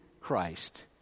Christ